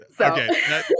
Okay